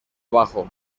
abajo